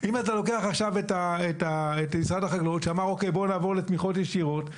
אם אתה לוקח את מה שמשרד החקלאות אמר: בואו נעבור לתמיכות ישירות,